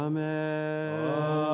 Amen